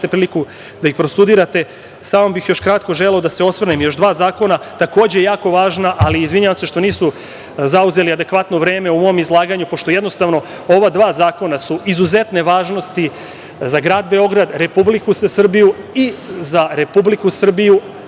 priliku da ih prostudirate. Samo bih još kratko želeo da se osvrnem na još dva zakona, takođe jako važna, ali izvinjavam se što nisu zauzela adekvatno vreme u mom izlaganju, pošto su ova dva zakona izuzetne važnosti za grad Beograd, Republiku Srbiju i njene bezbednosne